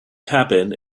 cabin